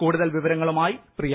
കൂടുതൽ വിവരങ്ങളുമായി പ്രിയ